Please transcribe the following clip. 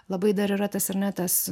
labai dar yra tas ar ne tas